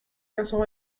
cassons